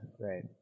Great